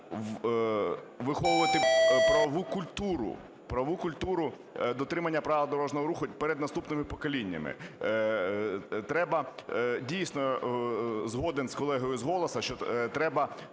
виховувати правову культуру дотримання правил дорожнього руху перед наступними поколіннями. Треба, дійсно, згоден з колегою з "Голосу", що треба